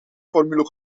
formule